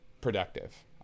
productive